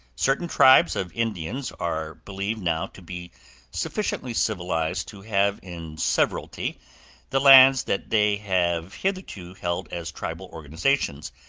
certain tribes of indians are believed now to be sufficiently civilized to have in severalty the lands that they have hitherto held as tribal organizations,